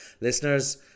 listeners